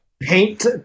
Paint